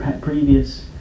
previous